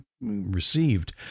received